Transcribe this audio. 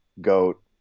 goat